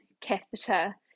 catheter